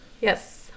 Yes